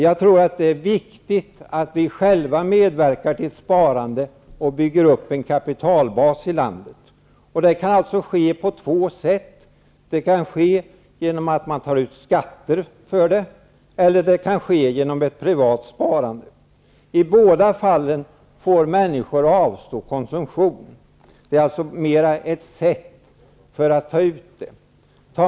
Jag tror att det är viktigt att vi själva medverkar till sparande och bygger upp en kapitalbas i landet. Det kan alltså ske på två sätt. Det kan ske genom att man tar ut skatter eller genom att man har ett privat sparande. I båda fallen får människor avstå konsumtion. Det är alltså mer fråga om ett sätt att ta ut detta.